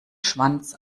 schwanz